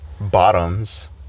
bottoms